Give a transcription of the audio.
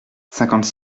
cinquante